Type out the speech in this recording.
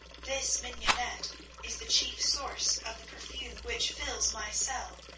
this mignonette is the chief source of the perfume which fills my cell.